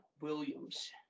Williams